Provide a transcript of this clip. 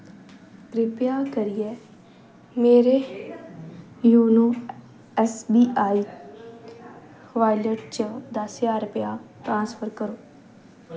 कृपा करियै मेरे योनो ऐस्सबीआई वालेट च दस ज्हार रपेआ ट्रांसफर करो